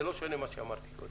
זה לא שונה ממה שאמרתי קודם.